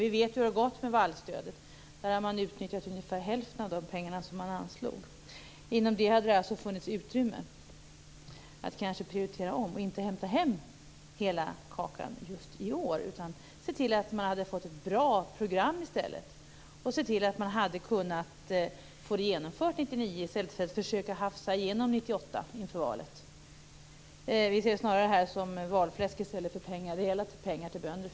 Vi vet hur det har gått med vallstödet. Ungefär hälften av de pengar man anslog har utnyttjats. Det hade alltså funnits utrymme att kanske prioritera om och inte hämta hem hela kakan just i år utan se till att man hade fått ett bra program i stället. Man hade kunnat se till att få det genomfört 1999 i stället för att försöka hafsa igenom det 1998 inför valet. Vi ser snarare det här som valfläsk än reella pengar till bönderna.